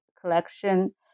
collection